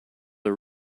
are